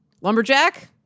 Lumberjack